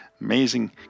amazing